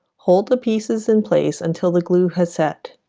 hold the pieces in place until the glue has set